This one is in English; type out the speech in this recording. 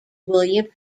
william